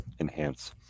enhance